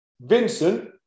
Vincent